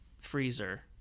freezer –